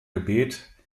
gebet